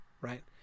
right